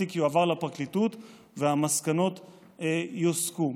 התיק יועבר לפרקליטות והמסקנות יוסקו.